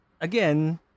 again